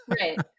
Right